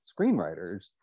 screenwriters